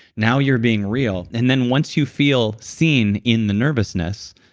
now you're being real, and then once you feel seen in the nervousness,